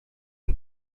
and